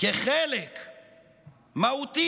כחלק מהותי,